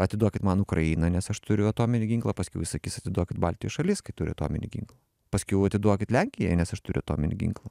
atiduokit man ukrainą nes aš turiu atominį ginklą paskiau jis sakys atiduokit baltijos šalis kai turi atominį ginklą paskiau atiduokit lenkiją nes aš turiu atominį ginklą